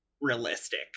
realistic